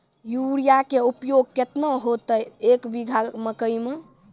Urea के उपयोग केतना होइतै, एक बीघा मकई मे?